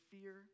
fear